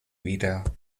wieder